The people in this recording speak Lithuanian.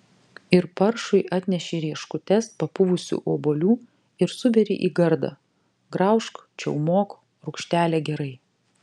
ir paršui atneši rieškutes papuvusių obuolių ir suberi į gardą graužk čiaumok rūgštelė gerai